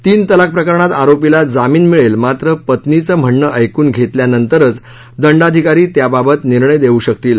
तीन तलाक प्रकरणात आरोपीला जामीन मिळेल मात्र पत्नीचं म्हणणं ऐकून घेतल्यानंतरच दंडाधिकारी त्याबाबत निर्णय देऊ शकतील